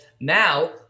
now